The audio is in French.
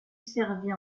servie